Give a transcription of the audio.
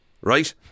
right